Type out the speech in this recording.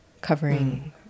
covering